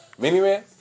Miniman